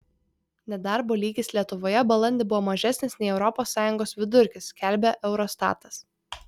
nedarbo lygis lietuvoje balandį buvo mažesnis nei europos sąjungos vidurkis skelbia eurostatas